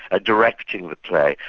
ah directing the play.